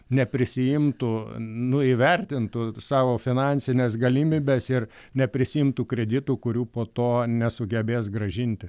neprisiimtų nu įvertintų savo finansines galimybes ir neprisiimtų kreditų kurių po to nesugebės grąžinti